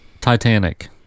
Titanic